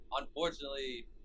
Unfortunately